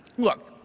look,